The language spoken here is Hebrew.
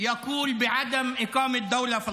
להלן תרגומם:)